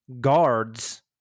guards